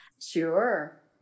Sure